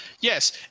Yes